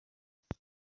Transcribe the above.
منبع